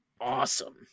awesome